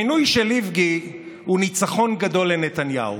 המינוי של איבגי הוא ניצחון גדול לנתניהו.